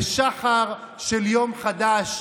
לשחר של יום חדש,